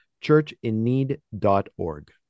churchinneed.org